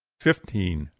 fifteen.